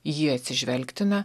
ji atsižvelgtina